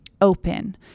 open